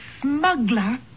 smuggler